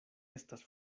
estas